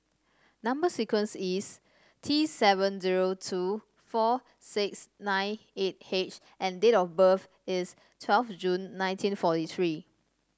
number sequence is T seven zero two four six nine eight H and date of birth is twelve June nineteen forty three